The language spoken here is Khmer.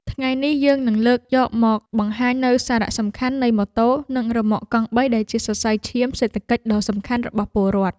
ថ្ងៃនេះយើងនឹងលើកយកមកបង្ហាញនូវសារៈសំខាន់នៃម៉ូតូនិងរ៉ឺម៉កកង់បីដែលជាសរសៃឈាមសេដ្ឋកិច្ចដ៏សំខាន់របស់ពលរដ្ឋ។